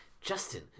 Justin